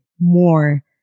more